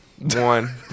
One